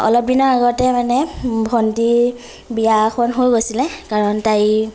অলপ দিনৰ আগতে মানে ভণ্টীৰ বিয়া এখন হৈ গৈছিলে কাৰণ তাইৰ